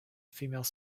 female